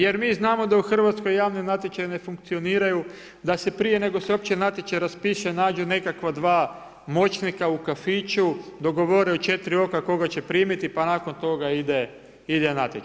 Jer mi znamo da u Hrvatskoj javni natječaji ne funkcioniraju, da se prije nego se uopće natječaj raspiše, nađu nekakva 2 moćnika u kafiću, dogovore u 4 oka, koga će primiti pa nakon toga ide natječaj.